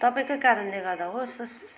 तपाईँकै कारणले गर्दा होस् स्